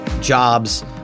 jobs